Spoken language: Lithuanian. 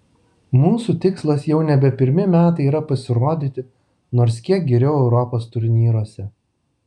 mūsų tikslas jau nebe pirmi metai yra pasirodyti nors kiek geriau europos turnyruose